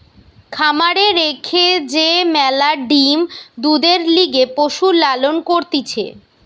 খামারে রেখে যে ম্যালা ডিম্, দুধের লিগে পশুর লালন করতিছে